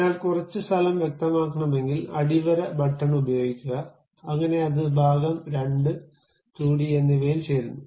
അതിനാൽ കുറച്ച് സ്ഥലം വ്യക്തമാക്കണമെങ്കിൽ അടിവര ബട്ടൺ ഉപയോഗിക്കുക അങ്ങനെ അത് ഭാഗം 2 2 ഡി എന്നിവയിൽ ചേരുന്നു